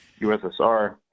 USSR